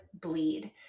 bleed